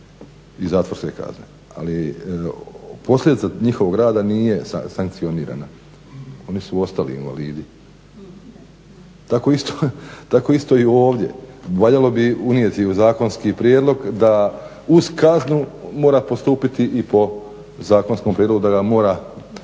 i zatvorske kazne. Ali posljedica njihova rada nije sankcionirana, oni su ostali invalidi. Tako isto i ovdje, valjalo bi unijeti u zakonski prijedlog da uz kaznu mora postupiti i po zakonskom prijedlogu da ga mora